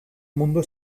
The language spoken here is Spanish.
mundo